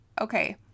okay